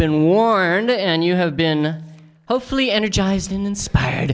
been warned and you have been hopefully energized inspired